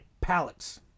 pallets